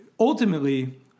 Ultimately